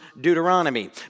Deuteronomy